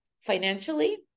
financially